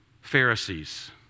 Pharisees